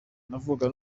navuze